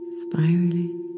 spiraling